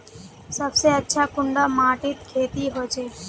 सबसे अच्छा कुंडा माटित खेती होचे?